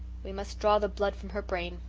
we must draw the blood from her brain,